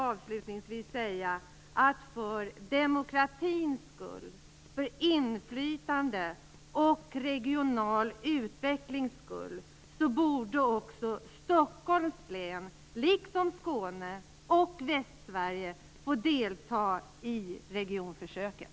Avslutningsvis: För demokratins skull, för inflytandets och för den regionala utvecklingens skull borde också Stockholms län, liksom Skåne och Västsverige, få delta i regionförsöket.